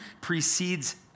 precedes